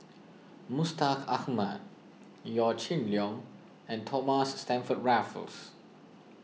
Mustaq Ahmad Yaw Shin Leong and Thomas Stamford Raffles